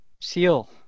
Seal